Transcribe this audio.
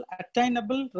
attainable